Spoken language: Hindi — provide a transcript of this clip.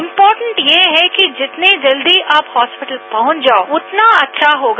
इर्पोटेंट ये है कि जितनी जल्दी आप हॉस्पिटल पहच जाओ उतना अच्छा होगा